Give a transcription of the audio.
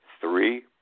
Three